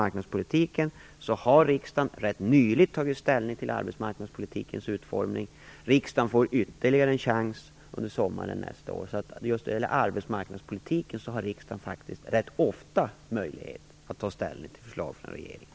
Riksdagen har nyligen tagit ställning till arbetsmarknadspolitikens utformning. Riksdagen får ytterligare en chans under sommaren nästa år. Just när det gäller arbetsmarknadspolitiken har riksdagen faktiskt rätt ofta möjlighet att ta ställning till förslag från regeringen.